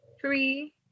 three